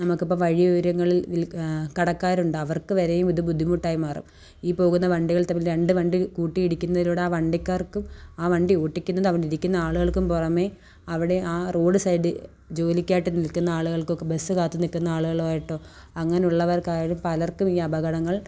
നമുക്കിപ്പോള് വഴിയോരങ്ങളിൽ കടക്കാരുണ്ട് അവർക്ക് വരെയും ഇത് ബുദ്ധിമുട്ടായി മാറും ഈ പോകുന്ന വണ്ടികൾ തമ്മിൽ രണ്ട് വണ്ടി കുട്ടിയിടിക്കുന്നതിലൂടെ ആ വണ്ടിക്കാർക്കും ആ വണ്ടി ഓട്ടിക്കുന്നത് അവിടെ ഇരിക്കുന്ന ആളുകൾക്കും പുറമെ അവിടെ ആ റോഡ് സൈഡില് ജോലിക്കായിട്ട് നിൽക്കുന്ന ആളുകൾക്കൊക്കെ ബസ്സ് കാത്തുനില്ക്കുന്ന ആളുകളുമായിട്ടോ അങ്ങനെ ഉള്ളവർക്കായാലും പലർക്കും ഈ അപകടങ്ങൾ